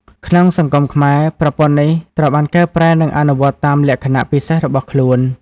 ក្នុងសង្គមខ្មែរ ប្រព័ន្ធនេះត្រូវបានកែប្រែនិងអនុវត្តតាមលក្ខណៈពិសេសរបស់ខ្លួន។